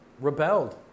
rebelled